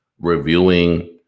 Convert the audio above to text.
reviewing